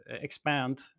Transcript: expand